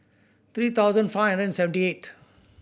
three thousand five hundred and seventy eight